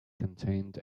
contained